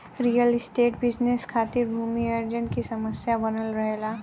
real estate business खातिर भूमि अर्जन की समस्या बनल रहेला